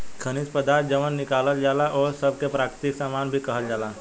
खनिज पदार्थ जवन निकालल जाला ओह सब के प्राकृतिक सामान भी कहल जाला